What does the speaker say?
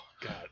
God